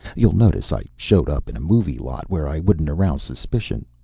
you'll notice i showed up in a movie lot, where i wouldn't arouse suspicion.